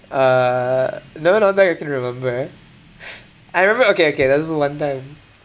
uh no not that I can remember I remember okay okay there's this one time